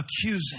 Accusing